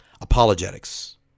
apologetics